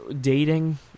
dating